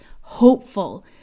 hopeful